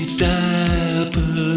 dapper